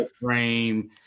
frame